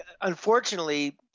Unfortunately